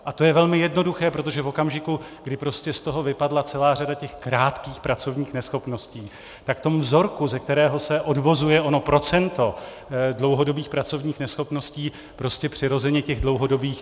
A to je velmi jednoduché, protože v okamžiku, kdy z toho vypadla celá řada těch krátkých pracovních neschopností, tak tomu vzorku, ze kterého se odvozuje ono procento dlouhodobých pracovních neschopností, prostě přirozeně těch dlouhodobých zbylo víc.